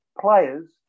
players